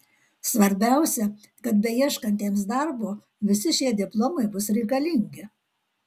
svarbiausia kad beieškantiems darbo visi šie diplomai bus reikalingi